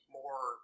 more